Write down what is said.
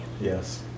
Yes